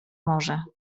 morze